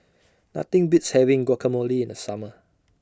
Nothing Beats having Guacamole in The Summer